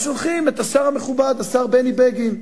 אז שולחים את השר המכובד, השר בני בגין,